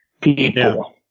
people